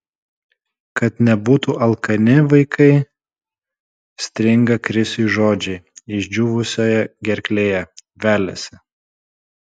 kad nebūtų alkani vaikai stringa krisiui žodžiai išdžiūvusioje gerklėje veliasi